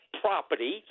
property